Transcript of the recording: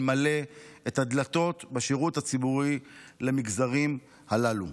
מלא את הדלתות בשירות הציבורי למגזרים הללו.